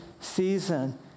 Season